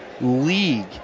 league